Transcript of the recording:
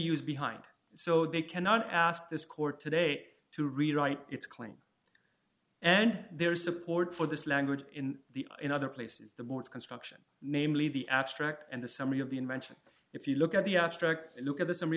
use behind so they cannot ask this court today to rewrite its claim and there is support for this language in the in other places the board construction namely the abstract and the summary of the invention if you look at the abstract look at